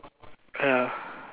uh